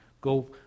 Go